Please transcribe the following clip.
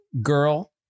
girl